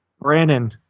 Brandon